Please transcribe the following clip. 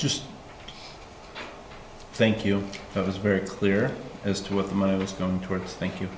just thank you that was very clear as to what the movie's going towards thank you